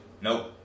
Nope